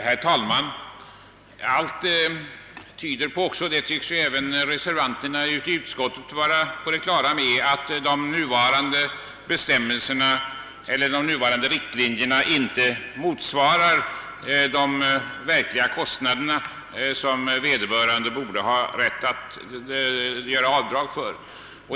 Herr talman! Allt tyder på — det tycks även reservanterna i utskottet vara på det klara med — att de nuva rande bilreseavdragen inte motsvarar de verkliga kostnaderna, som vederbörande borde ha rätt att göra avdrag för.